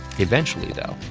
eventually, though,